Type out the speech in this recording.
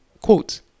quote